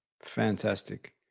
Fantastic